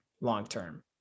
long-term